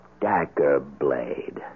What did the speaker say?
Daggerblade